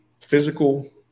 physical